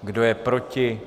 Kdo je proti?